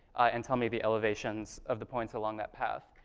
and tell me the elevations of the points along that path.